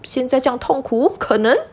现在这样痛苦可能